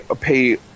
pay